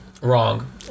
Wrong